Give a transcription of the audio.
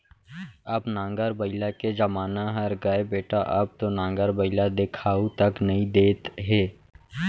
अब नांगर बइला के जमाना हर गय बेटा अब तो नांगर बइला देखाउ तक नइ देत हे